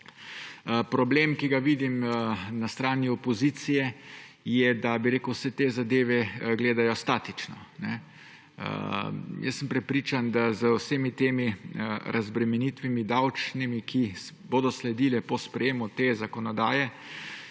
Problem, ki ga vidim na strani opozicije, je, da vse te zadeve gledajo statično. Jaz sem prepričan, da z vsemi temi razbremenitvami davčnimi, ki bodo sledile po sprejemu te zakonodaje,